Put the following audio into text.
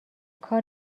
کار